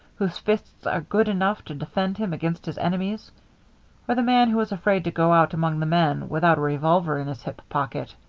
whose fists are good enough to defend him against his enemies or the man who is afraid to go out among the men without a revolver in his hip pocket?